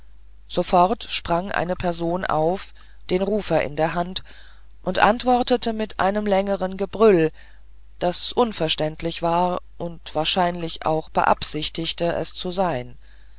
sofort sprang eine person auf den rufer in der hand und antwortete mit einem längeren gebrüll das unverständlich war und wahrscheinlich auch beabsichtigte es zu sein